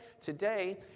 today